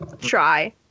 try